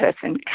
person